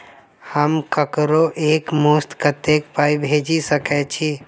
हम ककरो एक मुस्त कत्तेक पाई भेजि सकय छी?